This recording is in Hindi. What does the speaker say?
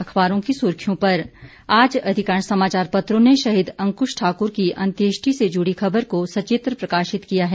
अखबारों की सुर्खियों पर आज अधिकांश समाचार पत्रों ने शहीद अंकृश ठाकृर की अंत्येष्ठी से जुड़ी खबर को सचित्र प्रकाशित किया है